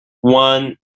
one